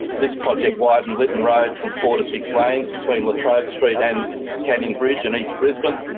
this project widened lytton road from four to six lanes between latrobe street and canning bridge in east brisbane.